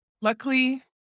Luckily